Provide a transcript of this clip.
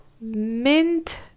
mint